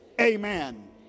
Amen